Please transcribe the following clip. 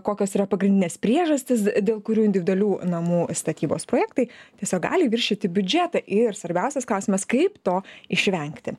kokios yra pagrindinės priežastys dėl kurių individualių namų statybos projektai tiesiog gali viršyti biudžetą ir svarbiausias klausimas kaip to išvengti